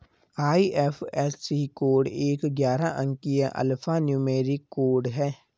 IFSC code एक ग्यारह अंकीय अल्फा न्यूमेरिक कोड है